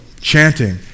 chanting